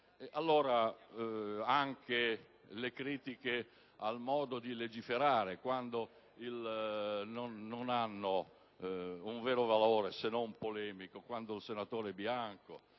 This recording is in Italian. accettare le critiche al modo di legiferare, quando non hanno un vero valore se non polemico. Il senatore Bianco,